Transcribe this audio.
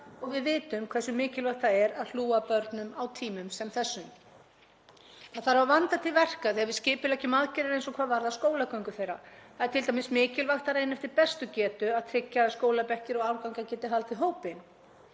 og við vitum hversu mikilvægt það er að hlúa að börnum á tímum sem þessum. Það þarf að vanda til verka þegar við skipuleggjum aðgerðir eins og hvað varðar skólagöngu þeirra. Það er t.d. mikilvægt að reyna eftir bestu getu að tryggja að skólabekkir og árgangar geti haldið hópinn.